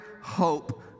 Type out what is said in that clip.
hope